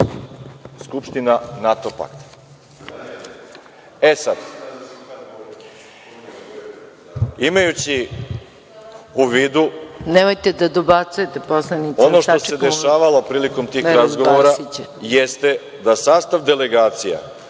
skupština NATO pakta.E sada, imajući u vidu ono što se dešavalo prilikom tih razgovora, jeste da sastav delegacija